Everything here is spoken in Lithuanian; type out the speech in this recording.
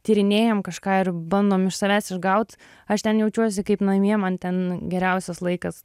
tyrinėjam kažką ir bandom iš savęs išgaut aš ten jaučiuosi kaip namie man ten geriausias laikas